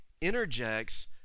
interjects